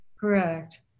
Correct